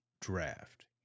draft